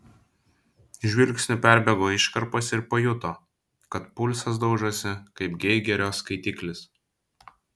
žvilgsniu perbėgo iškarpas ir pajuto kad pulsas daužosi kaip geigerio skaitiklis